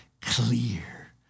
clear